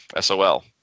SOL